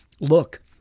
look